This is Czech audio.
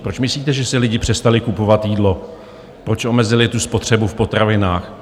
Proč myslíte, že si lidi přestali kupovat jídlo, proč omezili spotřebu v potravinách?